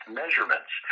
measurements